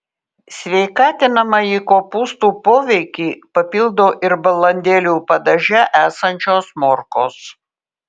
sveikatinamąjį kopūstų poveikį papildo ir balandėlių padaže esančios morkos